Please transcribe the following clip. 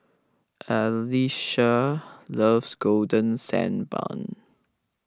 Allyssa loves Golden Sand Bun